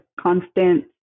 constant